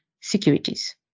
securities